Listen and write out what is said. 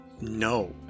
No